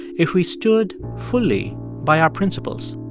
if we stood fully by our principles?